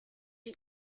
you